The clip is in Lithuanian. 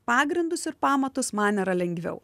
pagrindus ir pamatus man yra lengviau